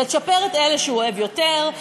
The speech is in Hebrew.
לצ'פר את אלה שהוא אוהב יותר,